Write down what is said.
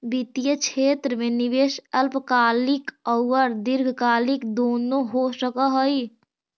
वित्तीय क्षेत्र में निवेश अल्पकालिक औउर दीर्घकालिक दुनो हो सकऽ हई